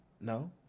No